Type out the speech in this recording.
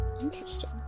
Interesting